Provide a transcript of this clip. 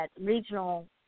regional